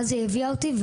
ואז היא הביאה אותי.